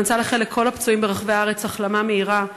ואני רוצה לאחל לכל הפצועים ברחבי הארץ החלמה מהירה,